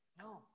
No